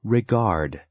Regard